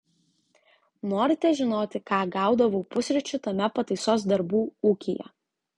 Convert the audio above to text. norite žinoti ką gaudavau pusryčių tame pataisos darbų ūkyje